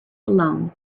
alone